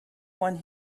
one